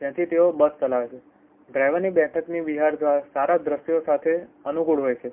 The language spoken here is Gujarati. જ્યાંથી તેઓ બસ ચલાવે છે ડ્રાઈવરની બેઠકની વિહાર જો સારા દૃશ્યો સાથે અનુકૂળ હોય છે